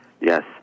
Yes